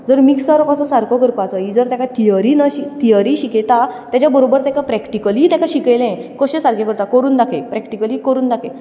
जर मिक्सर कसो सारको करपाचो ही जर तेका थिअरी थियरी शिकयता तेचे बरोबर तेका प्रॅक्टीकलीय तेका शिकयलें कशें सारकें करता करून दाखय प्रॅक्टिकली करून दाखय